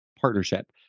partnership